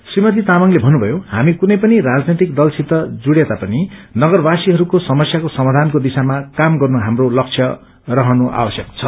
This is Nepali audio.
श्रीमती तामाङले भन्नुमयो हामी कुनै पनि राजनैतिक दलसित जुड़िए तापनि नगरवासीहरूको समस्याको समायानको दिशामा काम गर्नु हाम्रो लक्ष्य रहनु आवश्यक छ